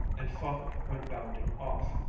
and father went bounding off.